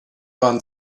waren